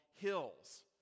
hills